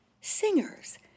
Singers